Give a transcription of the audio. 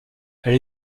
elle